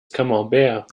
camembert